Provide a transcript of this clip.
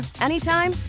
anytime